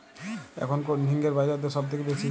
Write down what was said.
এখন কোন ঝিঙ্গের বাজারদর সবথেকে বেশি?